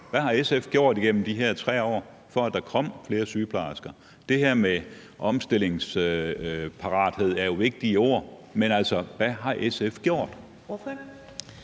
Hvad har SF gjort igennem de her 3 år, for at der kom flere sygeplejersker? Det her med omstillingsparathed er jo vigtige ord, men hvad har SF gjort?